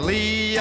Lee